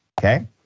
okay